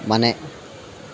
ಮನೆ